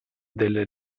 delle